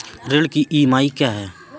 ऋण की ई.एम.आई क्या है?